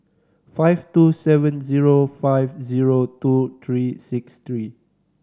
five two seven zero five zero two three six three